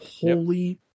holy